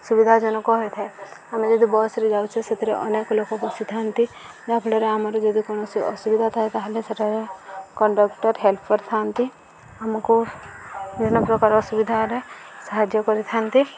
ସୁବିଧାଜନକ ହୋଇଥାଏ ଆମେ ଯଦି ବସ୍ରେ ଯାଉଛେ ସେଥିରେ ଅନେକ ଲୋକ ବସିଥାନ୍ତି ଯାହାଫଳରେ ଆମର ଯଦି କୌଣସି ଅସୁବିଧା ଥାଏ ତା'ହେଲେ ସେଠାରେ କଣ୍ଡକ୍ଟର ହେଲ୍ପ କରିଥାନ୍ତି ଆମକୁ ବିଭିନ୍ନ ପ୍ରକାର ଅସୁବିଧାରେ ସାହାଯ୍ୟ କରିଥାନ୍ତି